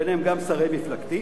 ביניהם גם שרי מפלגתי